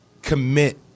commit